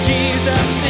Jesus